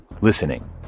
listening